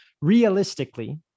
Realistically